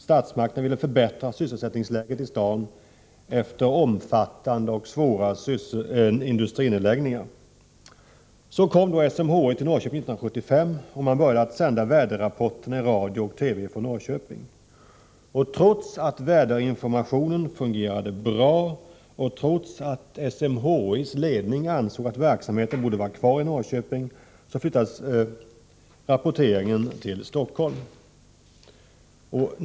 Statsmakten ville förbättra sysselsättningsläget i staden efter omfattande och besvärliga industrinedläggningar. Så kom SMHI till Norrköping 1975, och man började sända väderrapporterna i radio och TV från Norrköping. Trots att väderinformationen fungerade bra och trots att SMHI:s ledning ansåg att verksamheten borde vara kvar i Norrköping flyttades rapporteringen till Stockholm.